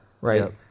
right